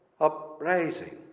uprising